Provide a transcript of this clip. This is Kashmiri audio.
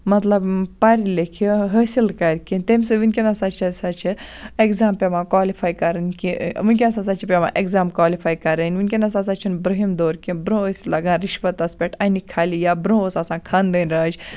مَطلَب پَرِ لیٚکھِ حٲصل کَرِ کیٚنٛہہ تَمہِ سۭتۍ وُِنکیٚنَس ہَسا چھِ ایٚگزام پیٚوان کالِفے کَرٕنۍ کہِ وُنکیٚس ہَسا چھِ پیٚوان ایٚگزام کالِفے کَرٕنۍ وُنکیٚنَس ہَسا چھُنہٕ برٛوٗنٛہِم دور کیٚنٛہہ برٛونٛہہ ٲسۍ لَگان رِشوَتَس پیٚٹھ اَنہِ کھَلہِ یا برٛونٛہہ اوس آسان خاندٲنۍ راج